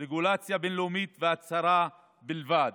רגולציה בין-לאומית והצהרה בלבד,